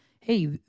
hey